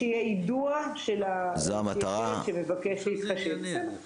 זה בסדר שיהיה יידוע של --- שמבקש --- בסדר.